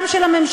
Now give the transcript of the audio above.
גם של הממשלה,